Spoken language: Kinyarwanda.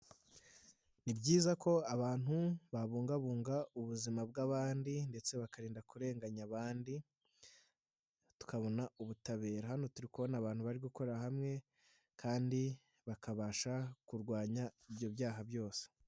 Ni byiza ko abantu babungabunga ubuzima bw'abandi ndetse bakirinda kurenganya abandi, tukabona ubutabera, hano turi kubona abantu bari gukorera hamwe kandi bakabasha kurwanya ibyo byaha byose.